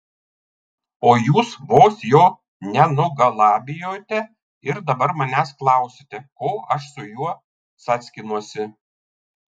o jūs vos jo nenugalabijote ir dabar manęs klausiate ko aš su juo cackinuosi